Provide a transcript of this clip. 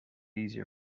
easier